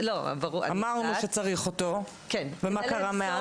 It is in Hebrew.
אמרנו שצריך אותו, ומה קרה מאז?